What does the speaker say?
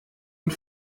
und